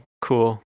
cool